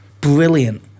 brilliant